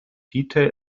detail